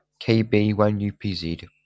KB1UPZ